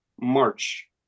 March